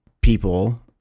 people